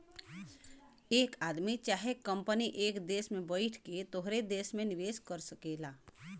एक आदमी चाहे कंपनी एक देस में बैइठ के तोहरे देस मे निवेस कर सकेला